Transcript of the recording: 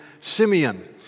Simeon